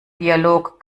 dialog